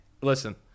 listen